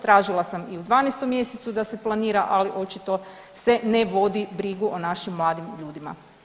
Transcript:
Tražila sam i u 12. mjesecu da se planira, ali očito se ne vodi brigu o našim mladim ljudima.